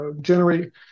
generate